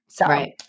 Right